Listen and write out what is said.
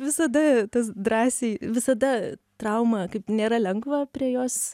visada tas drąsiai visada trauma kaip nėra lengva prie jos